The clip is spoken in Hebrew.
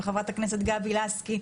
וחברת הכנסת גבי לסקי,